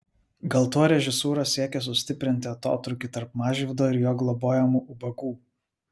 gal tuo režisūra siekė sustiprinti atotrūkį tarp mažvydo ir jo globojamų ubagų